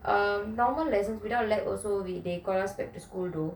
um normal lessons without lag also we they called us back to school though